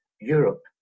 europe